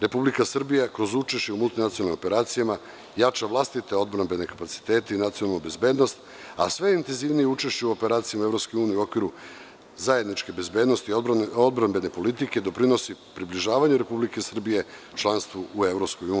Republika Srbija kroz učešće u multinacionalnim operacijama jača vlastite odbrambene kapacitete i nacionalnu bezbednost, sve intenzivnije u učešću operacija UN u okviru zajedničke bezbednosti odbrambene politike, doprinosi približavanje Republike Srbije članstvu u EU.